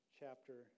chapter